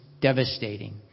devastating